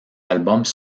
albums